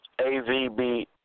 AVB